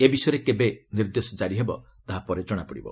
ଏ ବିଷୟରେ କେବେ ନିର୍ଦ୍ଦେଶ କାରି ହେବ ତାହା ପରେ ଜଣାପଡ଼ିବ